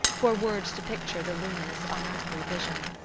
for words to picture the luminous unearthly vision.